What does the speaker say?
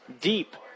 Deep